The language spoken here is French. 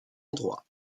endroit